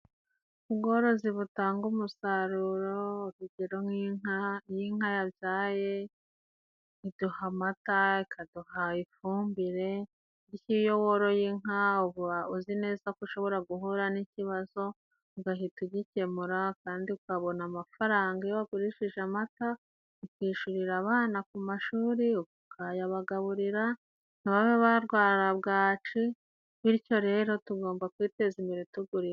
Ubworozi butanga umusaruro, urugero nk'inka .Iyo inka yabyaye, iduha amata, ikaduha ifumbire, nk'iyo woroye inka uba uzi neza ko ushobora guhura n'ikibazo, ugahita ugikemura kandi ukabona amafaranga iyo wagurishije amata, ukishyurira abana ku mashuri, ukayabagaburira, ntibabe barwara bwaci, bityo rero tugomba kwiteza imbere tugura inka.